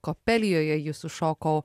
kopelijoje ji sušoko